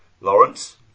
Lawrence